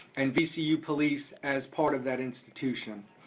and vcu police as part of that institution.